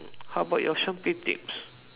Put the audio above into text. how about your shopping tips